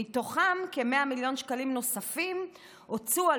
ומתוכם כ-100 מיליון שקלים נוספים הוצאו על